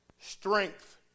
Strength